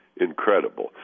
incredible